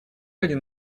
один